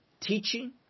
teaching